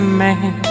man